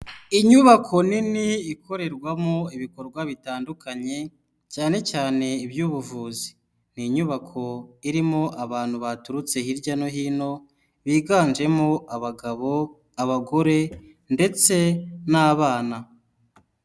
Inyubako nini ikorerwamo ibikorwa bitandukanye, cyane cyane iby'ubuvuzi, ni inyubako irimo abantu baturutse hirya no hino biganjemo abagabo, abagore ndetse n'abana.